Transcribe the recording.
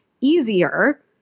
easier